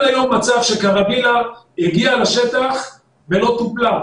היום מצב שקרווילה הגיעה לשטח ולא טופלה.